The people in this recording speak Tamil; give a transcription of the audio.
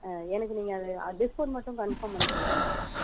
ஆ எனக்கு நீங்கள் அது டிஸ்கவுண்ட் மட்டும் கன்ஃபார்ம் பண்ணி சொல்லுங்கள்